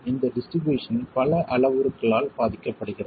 இந்த டிஸ்ட்ரிபியூஷன் பல அளவுருக்களால் பாதிக்கப்படுகிறது